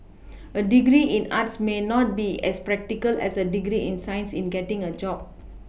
a degree in arts may not be as practical as a degree in science in getting a job